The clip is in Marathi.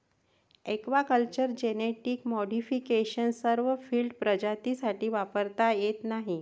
एक्वाकल्चर जेनेटिक मॉडिफिकेशन सर्व फील्ड प्रजातींसाठी वापरता येत नाही